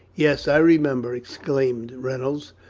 yes, i remember, exclaimed reynolds.